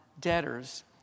debtors